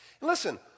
Listen